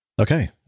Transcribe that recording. Okay